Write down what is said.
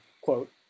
quote